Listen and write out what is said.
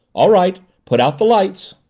all right! put out the lights!